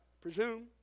presume